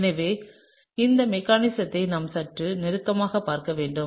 எனவே இந்த மெக்கானிசத்தை நாம் சற்று நெருக்கமாகப் பார்க்க வேண்டும்